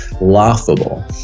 laughable